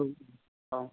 औ